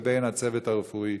לבין הצוות הרפואי,